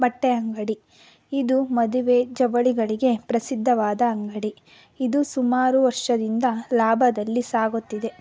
ಬಟ್ಟೆ ಅಂಗಡಿ ಇದು ಮದುವೆ ಜವಳಿಗಳಿಗೆ ಪ್ರಸಿದ್ಧವಾದ ಅಂಗಡಿ ಇದು ಸುಮಾರು ವರ್ಷದಿಂದ ಲಾಭದಲ್ಲಿ ಸಾಗುತ್ತಿದೆ